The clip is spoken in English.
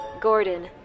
Gordon